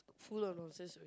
full of nonsense